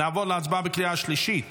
נעבור להצבעה בקריאה השלישית